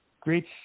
great